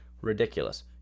Ridiculous